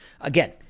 Again